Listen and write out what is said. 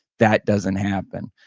that doesn't happen.